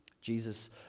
Jesus